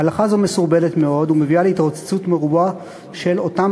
הלכה זו מסורבלת מאוד ומביאה להתרוצצות מרובה של אותם